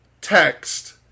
text